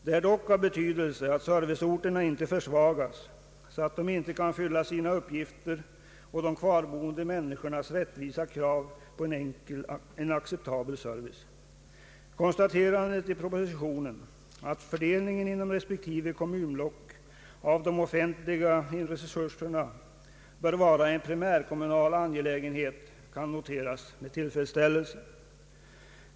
Det är dock av betydelse, att serviceorterna icke försvagas så att de inte kan fylla sina uppgifter och de kvarboende människornas rättvisa krav på en acceptabel service. Konstaterandet i propositionen att fördelningen inom respektive kommunblock av de offentliga resurserna bör vara en primärkommunal angelägenhet kan noteras med tillfredsställelse.